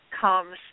comes